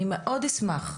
אני מאוד אשמח,